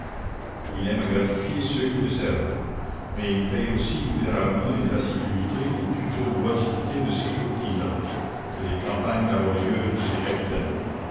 il aime à gratifier ceux qui le servent mais il paye aussi libéralement les assiduités ou plutôt l'oisiveté de ses courtisans que les campagnes laborieuses de ses capitaines